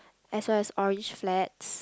as well as orange flats